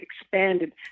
expanded